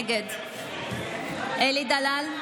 נגד אלי דלל,